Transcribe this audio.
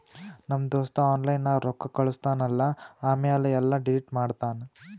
ನಮ್ ದೋಸ್ತ ಆನ್ಲೈನ್ ನಾಗ್ ರೊಕ್ಕಾ ಕಳುಸ್ತಾನ್ ಅಲ್ಲಾ ಆಮ್ಯಾಲ ಎಲ್ಲಾ ಡಿಲೀಟ್ ಮಾಡ್ತಾನ್